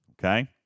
Okay